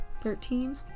Thirteen